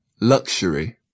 luxury